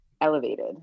elevated